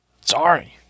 Sorry